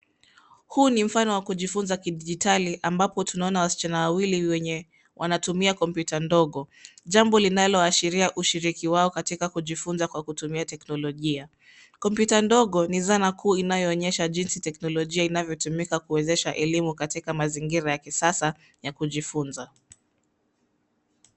Huu ni mfano wa klujifunza kidijitali ambapo tunaona wasichana wawili wenye wanatumia kompyuta dogo. Jambo linaloashiria ushiriki wao katika kujifunza kwa kutumia teknolojia. Kompyuta dogo ni zana kuu inayoonyesha jinsi teknolojia inavyotumika kuwezesha elimu katika mazingira ya kisasa ya kujifunza.